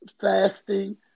fasting